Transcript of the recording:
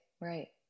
Right